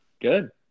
Good